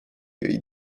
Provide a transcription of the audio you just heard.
jej